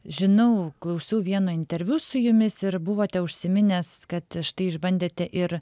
žinau klausiau vieno interviu su jumis ir buvote užsiminęs kad štai išbandėte ir